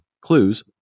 clues